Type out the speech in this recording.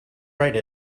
write